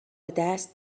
دست